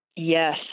Yes